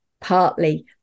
partly